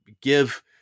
give